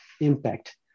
impact